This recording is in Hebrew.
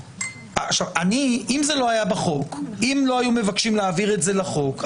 אם לא היו מבקשים להעביר את זה לחוק,